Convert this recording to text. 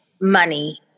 money